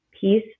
peace